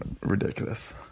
ridiculous